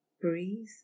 Breathe